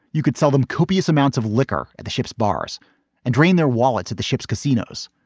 you could sell them copious amounts of liquor at the ship's bars and drain their wallets at the ship's casinos.